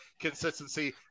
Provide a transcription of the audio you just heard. Consistency